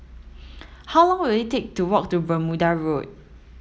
how long will it take to walk to Bermuda Road